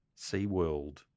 SeaWorld